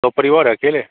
सपरिवार अकेले